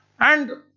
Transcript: and